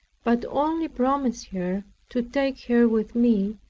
but only promise her to take her with me,